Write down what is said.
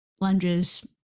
lunges